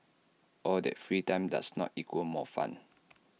all that free time does not equal more fun